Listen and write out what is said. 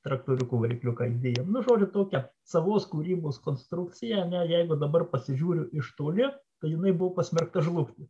traktoriuko varikliuką įdėjom nu žodžiutokia savos kūrybos konstrukcija ne jeigu dabar pasižiūriu iš toli tai jinai buvo pasmerkta žlugti